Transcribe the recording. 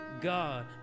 God